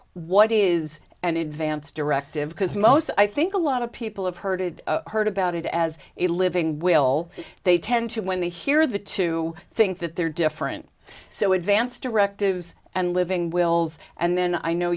what is an advance directive because most i think a lot of people have heard it heard about it as a living will they tend to when they hear the two think that there are different so advanced directives and living wills and then i